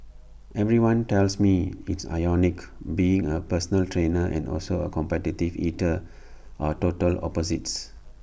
everyone tells me it's ironic being A personal trainer and also A competitive eater are total opposites